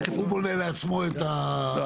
הוא בונה לעצמו את --- לא.